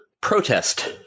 protest